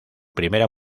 primera